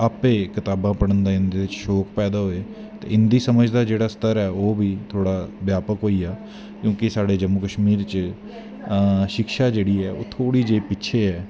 आपे कताबा पढ़न दा इंदे च शौंक पैदा होए ते इंदी सणज दा जेह्ड़ा स्तर ऐ ओह् थोह्ड़ा व्यापक होई जा क्योंकि साढ़े जम्मू कश्मीर च शिक्षा जेह्ड़ी ऐ ओह् थोह्ड़ी जेही पिच्छें ऐ